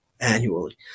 annually